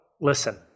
listen